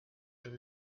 that